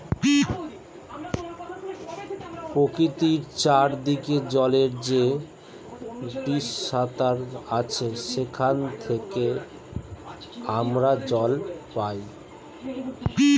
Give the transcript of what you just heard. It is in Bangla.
প্রকৃতির চারিদিকে জলের যে বিস্তার আছে সেখান থেকে আমরা জল পাই